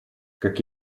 как